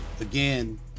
again